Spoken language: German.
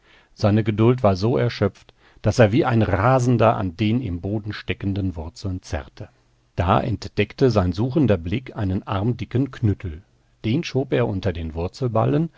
seine geduld war so erschöpft daß er wie ein rasender an den im boden steckenden wurzeln zerrte da entdeckte sein suchender blick einen armdicken knüttel den schob er unter den